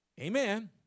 Amen